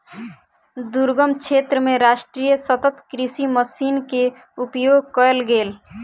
दुर्गम क्षेत्र मे राष्ट्रीय सतत कृषि मिशन के उपयोग कयल गेल